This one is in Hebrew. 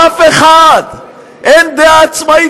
אף אחד, אין דעה עצמאית.